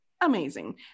Amazing